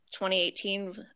2018